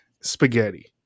spaghetti